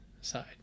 side